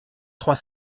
trois